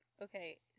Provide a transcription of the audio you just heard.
Okay